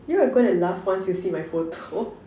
you're are gonna laugh once you see my photo